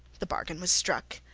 the bargain was struck.